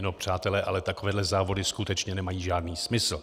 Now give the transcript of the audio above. No přátelé, ale takovéhle závody skutečně nemají žádný smysl.